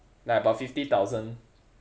like about fifty thousand